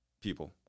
people